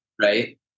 right